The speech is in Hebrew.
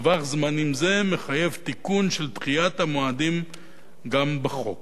טווח זמנים זה מחייב תיקון של דחיית המועדים גם בחוק,